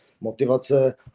motivace